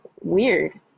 weird